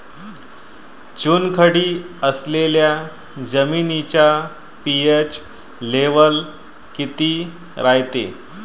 चुनखडी असलेल्या जमिनीचा पी.एच लेव्हल किती रायते?